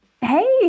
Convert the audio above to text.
Hey